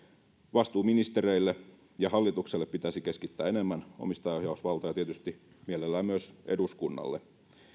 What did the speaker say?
vastuuministereille ja hallitukselle pitäisi keskittää enemmän omistajaohjausvaltaa ja tietysti mielellään myös eduskunnalle